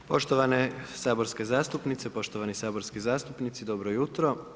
Poštovane saborske zastupnice, poštovani saborski zastupnici dobro jutro.